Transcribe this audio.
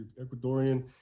Ecuadorian